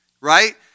right